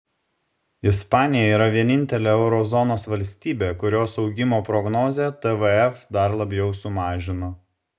ispanija yra vienintelė euro zonos valstybė kurios augimo prognozę tvf dar labiau sumažino